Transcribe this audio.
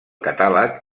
catàleg